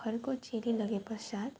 घरको चेली लगे पश्चात्